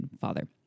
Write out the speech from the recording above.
father